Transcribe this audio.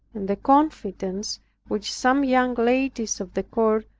and the confidence which some young ladies of the court,